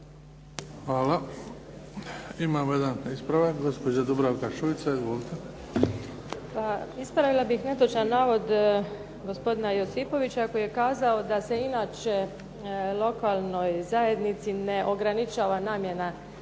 Hvala. Imamo jedan ispravak gospođa Dubravka Šuica. **Šuica, Dubravka (HDZ)** Ispravila bih netočan navod gospodina Josipovića koji je kazao da se inače lokalnoj zajednici ne ograničava namjena sredstava